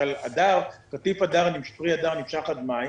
למשל קטיף של פרי הדר נמשך עד מאי,